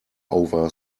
over